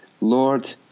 Lord